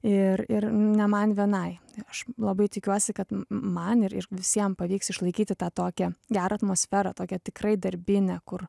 ir ir ne man vienai aš labai tikiuosi kad man ir ir visiem pavyks išlaikyti tą tokią gerą atmosferą tokią tikrai darbinę kur